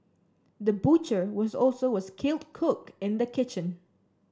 the butcher was also a skilled cook in the kitchen